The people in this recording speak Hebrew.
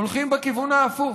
הולכים בכיוון ההפוך.